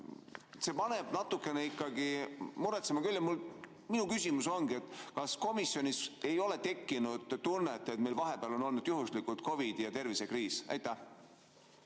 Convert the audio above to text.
See paneb natukene muretsema küll. Minu küsimus ongi see: kas komisjonis ei ole tekkinud tunnet, et meil vahepeal on olnud juhuslikult COVID ja tervisekriis? Aitäh!